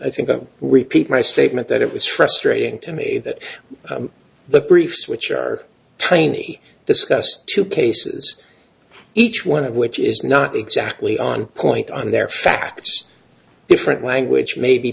i think i repeat my statement that it was frustrating to me that the briefs which are tiny discussed two cases each one of which is not exactly on point on their facts different language may be